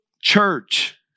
church